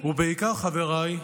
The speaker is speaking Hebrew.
ובעיקר, חבריי,